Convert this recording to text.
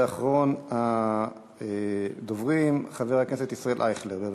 ואחרון הדוברים, חבר הכנסת ישראל אייכלר, בבקשה.